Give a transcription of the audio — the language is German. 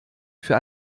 für